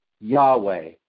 Yahweh